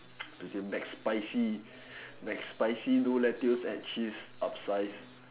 McSpicy McSpicy no lettuce add cheese upsize